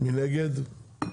0 נגד,